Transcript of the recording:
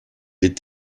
est